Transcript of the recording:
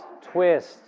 twist